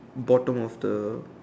bottom of the